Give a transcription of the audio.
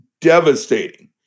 devastating